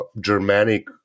Germanic